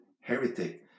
heretic